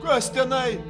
kas tenai